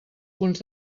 punts